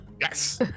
Yes